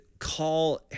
call